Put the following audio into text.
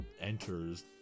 enters